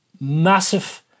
massive